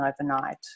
overnight